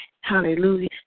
Hallelujah